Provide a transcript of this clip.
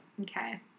Okay